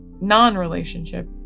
non-relationship